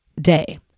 day